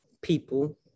people